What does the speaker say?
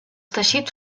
teixits